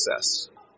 success